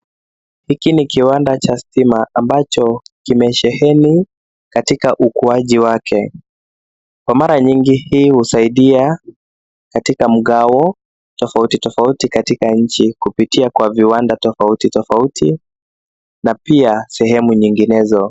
Hiki ni kiwanda cha stima ambacho kimesheni katika ukuuaji wake. Kwa mara nyingi hii husaidia katika mgao tofauti tofauti katika nchi, kupitia kwa viwanda tofauti tofauti na pia sehemu nyinginezo.